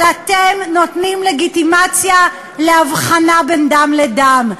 אבל אתם נותנים לגיטימציה להבחנה בין דם לדם,